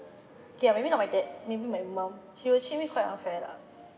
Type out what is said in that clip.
okay ah maybe not my dad maybe my mum she will treat me quite unfair lah